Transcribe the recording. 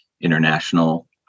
international